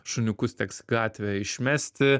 šuniukus teks į gatvę išmesti